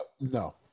no